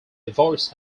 divorce